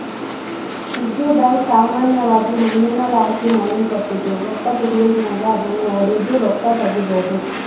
piggy bank ಸಾಮಾನ್ಯವಾಗಿ ಮಣ್ಣಿನಲಾಸಿ ಮಾಡಲ್ಪಟ್ಟಿದ್ದು, ರೊಕ್ಕ ತುಂಬಿದ್ ಮ್ಯಾಗ ಅದುನ್ನು ಒಡುದು ರೊಕ್ಕ ತಗೀಬೋದು